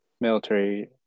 military